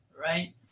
right